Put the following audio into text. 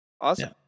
Awesome